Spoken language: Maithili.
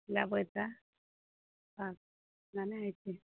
लेबै तऽ